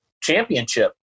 championship